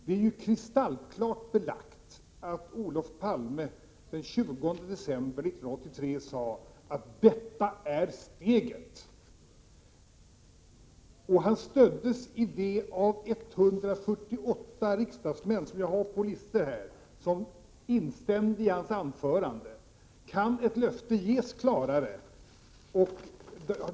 Det är ju kristallklart belagt att Olof Palme den 20 december 1983 sade: ”Det är steget.” Han stöddes i det uttalandet av 147 riksdagsledamöter som instämde i hans anförande, vilket framgår av protokollet. Kan ett löfte ges klarare?